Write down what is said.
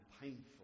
painful